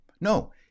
No